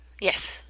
Yes